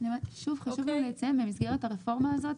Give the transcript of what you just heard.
חשוב לי לציין שבמסגרת הרפורמה הזאת,